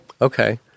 okay